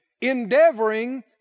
Endeavoring